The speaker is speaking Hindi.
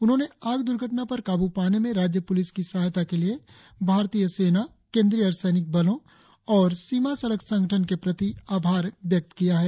उन्होंने आग द्र्घटना पर काबू पाने में राज्य पुलिस की सहायता के लिए भारतीय सेना केंद्रीय अर्ध सैनिक बलो और सीमा सड़क संगठन के प्रति आभार व्यक्त किया है